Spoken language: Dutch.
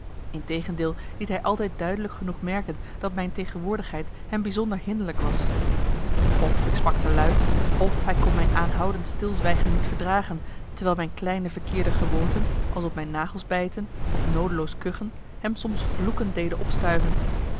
integendeel liet hij altijd duidelijk genoeg merken dat mijn tegenwoordigheid hem bijzonder hinderlijk was of ik sprak te luid f hij kon mijn aanhoudend stilzwijgen niet verdragen terwijl mijn kleine verkeerde gewoonten als op mijn nagels bijten of noodeloos kuchen hem marcellus emants een nagelaten bekentenis soms vloekend deden opstuiven